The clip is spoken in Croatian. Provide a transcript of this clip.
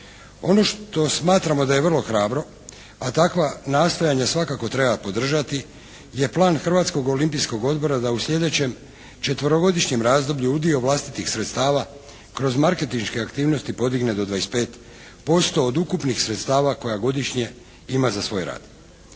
Ono što smatramo da je vrlo hrabro, a takva nastojanja svakako treba podržati je plan Hrvatskog olimpijskog odbora da u sljedećem četverogodišnjem razdoblju udio vlastitih sredstava kroz marketinške aktivnosti podigne do 25% od ukupnih sredstava koja godišnje ima za svoj rad.